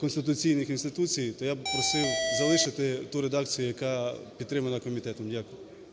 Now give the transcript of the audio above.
конституційних інституцій, то я б просив залишити ту редакцію, яка підтримана комітетом. Дякую. ГОЛОВУЮЧИЙ.